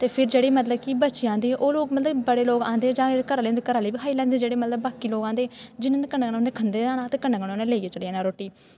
ते फिर जेह्ड़ी मतलब कि बची जंदी ओह् लोक मतलब कि बड़े लोक आंदे जां घर आह्ले बी खाई लैंदे जेह्ड़े मतलब बाकी लोक आंदे जियां जियां कन्नै कन्नै उनें खंदे जाना कन्नै कन्नै उ'नें लेइयै चली जाना रोटी